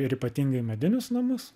ir ypatingai medinius namus